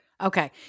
Okay